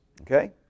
Okay